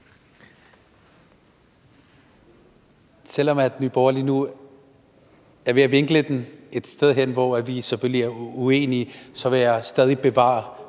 Selv om Nye Borgerlige nu er ved at vinkle det et sted hen, hvor vi så bliver uenige, vil jeg stadig bevare